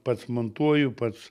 pats montuoju pats